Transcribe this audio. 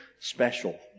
special